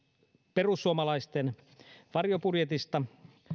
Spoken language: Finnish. perussuomalaisten varjobudjetista